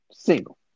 Single